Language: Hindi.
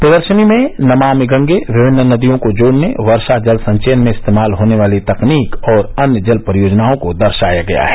प्रदर्शनी में नमामि गंगे विभिन्न नदियों को जोड़ने वर्षा जल संचयन में इस्तेमाल होने वाली तकनीक और अन्य जल परियोजनाओं को दर्शाया गया है